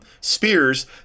spears